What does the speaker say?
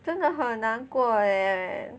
真的好难过 eh